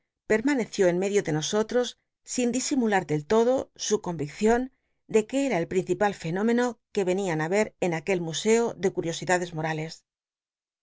permaneció en medio de nosotros sin disimuhu del lodo su conyiccion de que era el principal fenómeno que cnian á y er en aquel musco de curiosidades morales